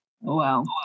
wow